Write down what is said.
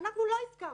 אנחנו לא הסכמנו,